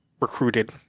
recruited